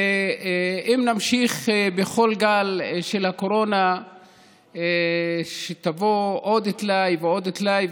ואם נמשיך בכל גל של קורונה שיבוא בעוד טלאי ועוד טלאי,